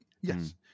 Yes